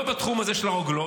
לא בתחום הזה של הרוגלות,